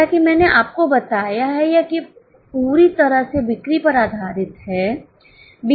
जैसा कि मैंने आपको बताया है कि यह पूरी तरह से बिक्री पर आधारित है